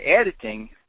editing